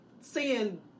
seeing